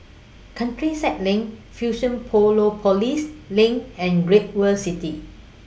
Countryside LINK LINK and Great World City